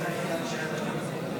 לא נתקבלה.